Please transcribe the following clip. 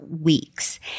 weeks